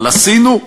אבל עשינו,